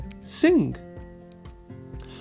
sing